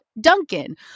Duncan